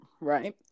right